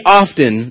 often